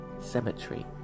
Cemetery